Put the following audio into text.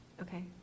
Okay